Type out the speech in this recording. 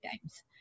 times